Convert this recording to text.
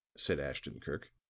said ashton-kirk,